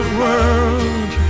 world